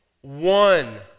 one